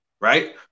right